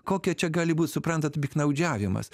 kokia čia gali būt suprantat piktnaudžiavimas